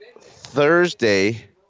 Thursday